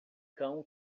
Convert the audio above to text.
cão